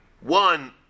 One